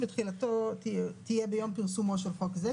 ותחילתו תהיה ביום פרסומו של חוק זה,